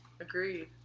Agreed